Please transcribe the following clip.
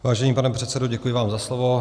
Vážený pane předsedo, děkuji vám za slovo.